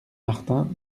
martin